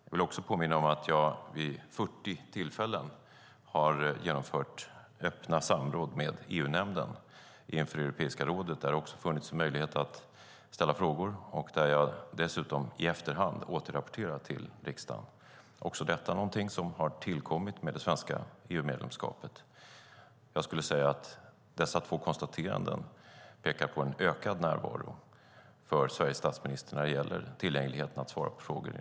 Jag vill också påminna om att jag vid 40 tillfällen har genomfört öppna samråd med EU-nämnden inför Europeiska rådet. Där har det funnits möjlighet att ställa frågor. Dessutom har jag i efterhand återrapporterat till riksdagen. Detta är någonting som har tillkommit i och med det svenska EU-medlemskapet. Jag skulle säga att dessa två konstateranden pekar på en ökad närvaro av Sveriges statsminister när det gäller tillgängligheten för att svara på frågor.